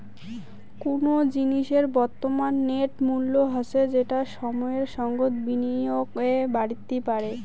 কুনো জিনিসের বর্তমান নেট মূল্য হসে যেটা সময়ের সঙ্গত বিনিয়োগে বাড়তি পারে